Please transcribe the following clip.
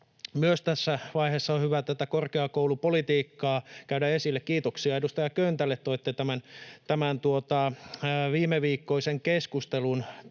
Tässä vaiheessa on hyvä myös tätä korkeakoulupolitiikkaa tuoda esille. Kiitoksia edustaja Köntälle, toitte esille tämän viimeviikkoisen keskustelun,